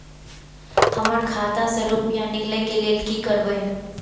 हम खाता से रुपया निकले के लेल की करबे?